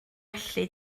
allu